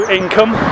income